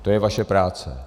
To je vaše práce.